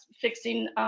fixing